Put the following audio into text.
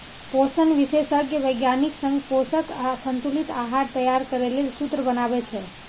पोषण विशेषज्ञ वैज्ञानिक संग पोषक आ संतुलित आहार तैयार करै लेल सूत्र बनाबै छै